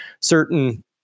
certain